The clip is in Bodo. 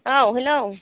औ हेलौ